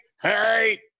hey